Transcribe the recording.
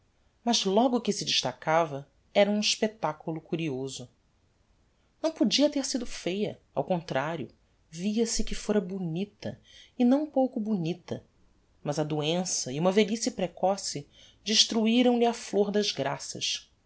mas logo que se destacava era um expectaculo curioso não podia ter sido feia ao contrario via-se que fora bonita e não pouco bonita mas a doença e uma velhice precoce destruiram lhe a flor das graças